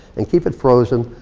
and keep it frozen,